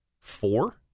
four